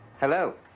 hello.